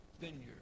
vineyard